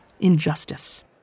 *Injustice*